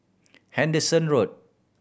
Henderson Road